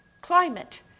climate